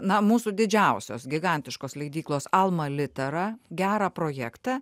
na mūsų didžiausios gigantiškos leidyklos alma litera gerą projektą